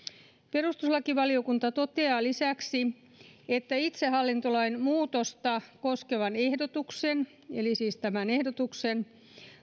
perustuslakivaliokunta toteaa lisäksi että itsehallintolain muutosta koskevan ehdotuksen eli siis tämän ehdotuksen